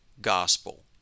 gospel